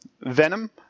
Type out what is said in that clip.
venom